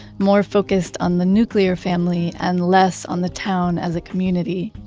more focused on the nuclear family and less on the town as a community.